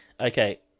Okay